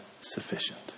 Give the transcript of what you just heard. sufficient